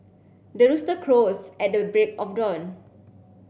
the rooster crows at the break of dawn